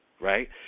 right